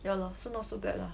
yeah lor so not so bad lah